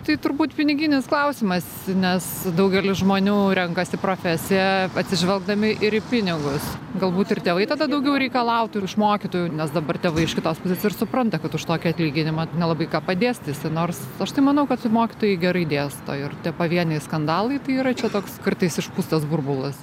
tai turbūt piniginis klausimas nes daugelis žmonių renkasi profesiją atsižvelgdami ir pinigus galbūt ir tėvai tada daugiau reikalautų ir išmokytų nes dabar tėvai iš kitos pusės ir supranta kad už tokį atlyginimą nelabai ką padėstysi nors aš tai manau kad mokytojai gerai dėsto ir tie pavieniai skandalai tai yra čia toks kartais išpūstas burbulas